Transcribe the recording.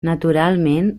naturalment